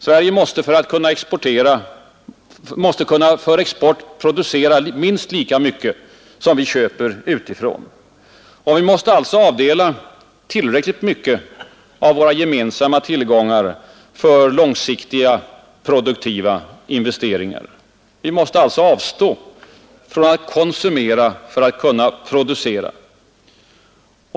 Sverige måste för export kunna producera minst lika mycket som vi köper utifrån. Vi måste alltså avdela tillräckligt mycket av våra gemensamma tillgångar för långsiktiga produktiva investeringar. Vi måste alltså avstå från att konsumera för att kunna producera.